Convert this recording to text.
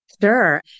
Sure